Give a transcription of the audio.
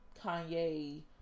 Kanye